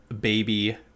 baby